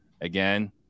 again